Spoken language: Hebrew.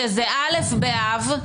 שזה א' באב,